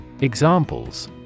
Examples